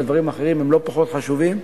והדברים האחרים הם לא פחות חשובים,